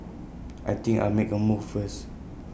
I think I'll make A move first